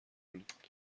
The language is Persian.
کنید